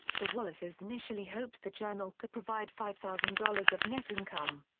the wallaces initially hoped the journal could provide five thousand dollars of net income.